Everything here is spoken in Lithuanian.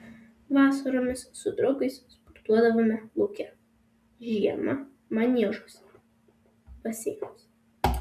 vasaromis su draugais sportuodavome lauke žiemą maniežuose baseinuose